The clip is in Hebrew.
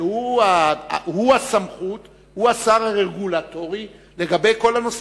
שהוא הסמכות, הוא הרגולטור של כל הנושאים.